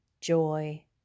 joy